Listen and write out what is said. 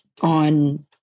on